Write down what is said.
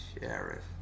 Sheriff